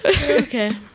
Okay